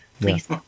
Please